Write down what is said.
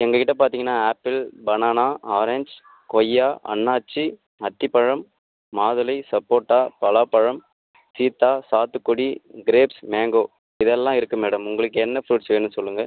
எங்கக்கிட்ட பார்த்தீங்கன்னா apple banana orange கொய்யா அன்னாச்சி அத்திப்பழம் மாதுளை சப்போட்டா பலாப்பழம் சீத்தா சாத்துக்குடி க்ரேப்ஸ் மேங்கோ இதெல்லாம் இருக்குது மேடம் உங்களுக்கு என்ன ஃப்ரூட்ஸ் வேணும் சொல்லுங்கள்